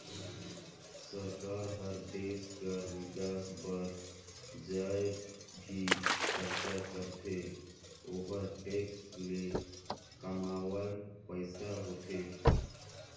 सरकार हर देस कर बिकास बर ज भी खरचा करथे ओहर टेक्स ले कमावल पइसा होथे